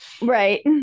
Right